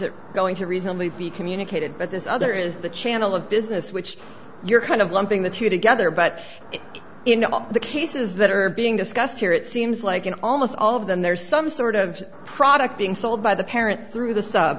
it going to reasonably be communicated but this other is the channel of business which you're kind of lumping the two together but in the cases that are being discussed here it seems like in almost all of them there is some sort of product being sold by the parent through the sub